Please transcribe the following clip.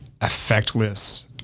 effectless